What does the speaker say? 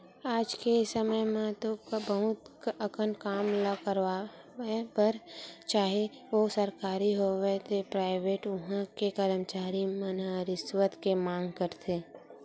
आज के समे म तो बहुत अकन काम ल करवाय बर चाहे ओ सरकारी होवय ते पराइवेट उहां के करमचारी मन रिस्वत के मांग करथे